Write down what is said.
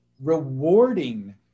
rewarding